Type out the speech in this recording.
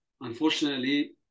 unfortunately